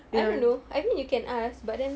I don't know I think you can ask but then